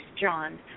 John